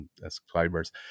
subscribers